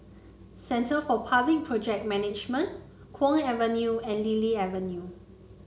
Centre for Public Project Management Kwong Avenue and Lily Avenue